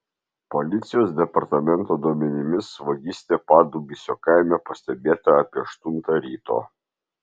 policijos departamento duomenimis vagystė padubysio kaime pastebėta apie aštuntą ryto